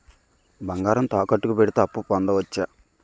బంగారం తాకట్టు కి పెడితే అప్పు పొందవచ్చ?